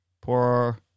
poor